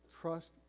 trust